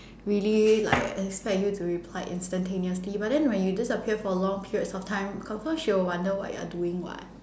really like expect you to replied instantaneously but then when you disappear for long periods of time confirm she will wonder what you're doing [what]